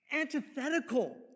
antithetical